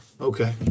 okay